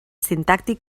sintàctic